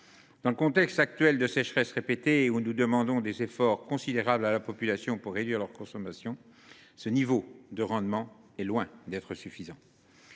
Dans le contexte actuel de sécheresses répétées, où nous demandons des efforts considérables à la population pour réduire sa consommation, ce niveau de rendement est loin d’être suffisant.